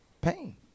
pain